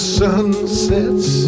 sunsets